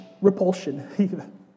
repulsion